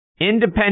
Independent